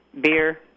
beer